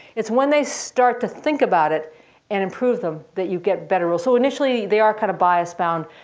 it's when they start to think about it and improve them that you get better rules. so initially they are kind of bias bound.